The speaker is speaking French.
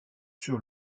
sur